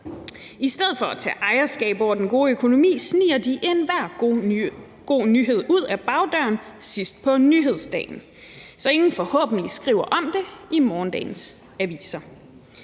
I stedet for at tage ejerskab over den gode økonomi sniger de enhver god nyhed ud ad bagdøren sidst på nyhedsdagen, så ingen forhåbentlig skriver om det i morgendagens aviser.